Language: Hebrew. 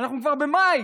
אנחנו כבר במאי,